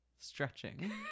stretching